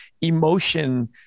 emotion